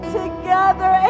together